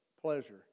pleasure